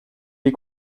des